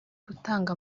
gutanga